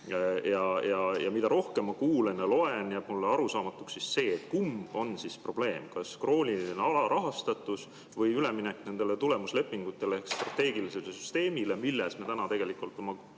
Ja mida rohkem ma kuulen ja loen, seda rohkem jääb mulle arusaamatuks see, kumb on siis probleem: kas krooniline alarahastatus või üleminek tulemuslepingutele, strateegilisuse süsteem, milles me täna tegelikult oma